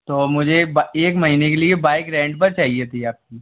तो मुझे एक एक महीने के लिए बाइक रैंट पे चाहिए थी आपकी